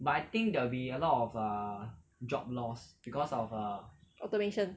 automation